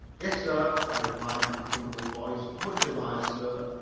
yes, sir, i replied in a crumpled voice, much obliged, sir.